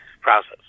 process